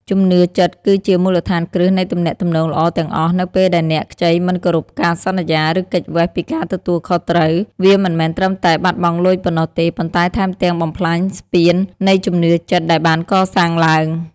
ជំនឿចិត្តគឺជាមូលដ្ឋានគ្រឹះនៃទំនាក់ទំនងល្អទាំងអស់ នៅពេលដែលអ្នកខ្ចីមិនគោរពការសន្យា ឬគេចវេះពីការទទួលខុសត្រូវ វាមិនមែនត្រឹមតែបាត់បង់លុយប៉ុណ្ណោះទេ ប៉ុន្តែថែមទាំងបំផ្លាញស្ពាននៃជំនឿចិត្តដែលបានកសាងឡើង។